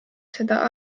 seda